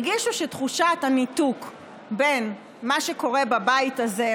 הרגישו שתחושת הניתוק בין מה שקורה בבית הזה,